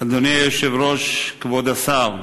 אדוני היושב-ראש, כבוד השר,